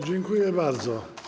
Dziękuję bardzo.